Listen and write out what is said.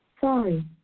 Sorry